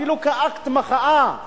אפילו כאקט מחאה,